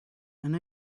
and